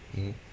mmhmm